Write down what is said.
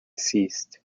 ceased